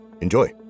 Enjoy